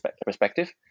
perspective